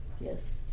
Yes